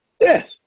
Yes